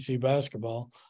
basketball